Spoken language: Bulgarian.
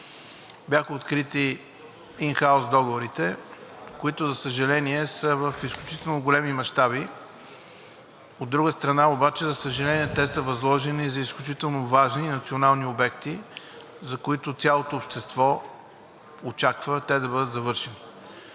Бяха открити ин хаус договорите, които, за съжаление, са в изключително големи мащаби. От друга страна обаче, за съжаление, те са възложени за изключително важни национални обекти, за които цялото общество очаква те да бъдат завършени.